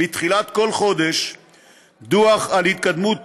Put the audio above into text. בתחילת כל חודש דוח על ההתקדמות